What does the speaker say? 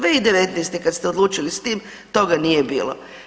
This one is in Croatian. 2019. kad ste odlučili s tim, toga nije bilo.